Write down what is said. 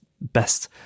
best